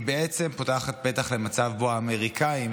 היא בעצם פותחת פתח למצב שבו האמריקאים